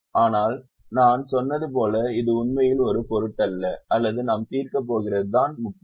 ஆனால் நான் சொன்னது போல அது உண்மையில் ஒரு பொருட்டல்ல அல்லது நாம் தீர்க்கப் போகிறபோதுதான் அது முக்கியம்